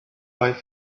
fight